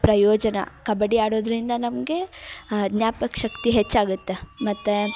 ಪ್ರಯೋಜನ ಕಬಡ್ಡಿ ಆಡೋದರಿಂದ ನಮಗೆ ಜ್ಞಾಪಕ ಶಕ್ತಿ ಹೆಚ್ಚಾಗತ್ತೆ ಮತ್ತು